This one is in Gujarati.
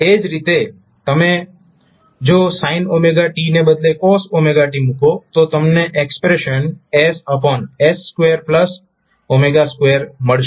એ જ રીતે જો તમે sin t ને બદલે cos t મૂકો તો તમને એક્સપ્રેશન ss2w2 મળશે